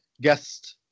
guest